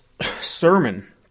sermon